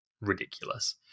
ridiculous